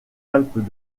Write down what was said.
alpes